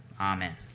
Amen